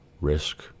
risk